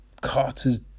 Carter's